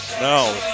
No